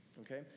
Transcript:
Okay